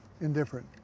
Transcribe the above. indifferent